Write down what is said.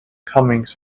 comings